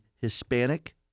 Hispanic